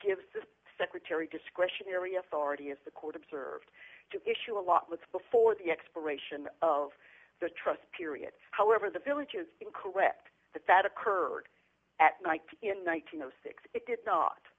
gives the secretary discretionary authority is the court observed to issue a lot with before the expiration of the trust period however the village is incorrect that that occurred at night in one thousand and six it did not